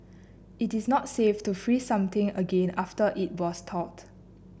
it is not safe to freeze something again after it was thawed